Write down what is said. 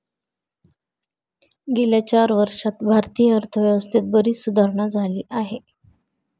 गेल्या चार वर्षांत भारतीय अर्थव्यवस्थेत बरीच सुधारणा झाली आहे